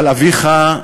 אבל אביך,